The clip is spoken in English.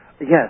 Yes